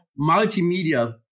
multimedia